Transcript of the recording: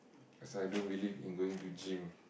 cause I don't believe in going to gym